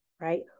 right